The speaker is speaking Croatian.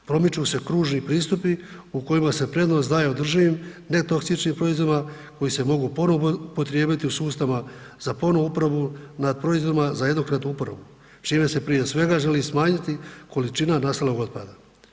Promiču su kružni pristupi u kojima se prednost daje održivim netoksičnim proizvodima koji se mogu ponovno upotrijebiti u sustavima za ponovnu uporabu nad proizvodima za jednokratnu uporabu čime se prije svega želi smanjiti količina nastalog otpada.